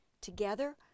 Together